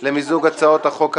למיזוג הצעות חוק הבאות: